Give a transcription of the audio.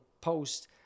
post